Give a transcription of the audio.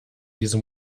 diese